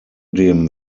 dem